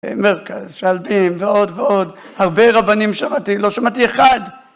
מרכז, שלבים, ועוד ועוד, הרבה רבנים שמעתי, לא שמעתי אחד!